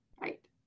right